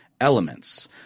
elements